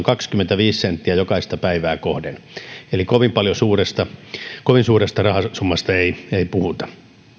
kaksikymmentäviisi senttiä jokaista päivää kohden eli kovin suuresta rahasummasta ei ei puhuta